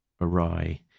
awry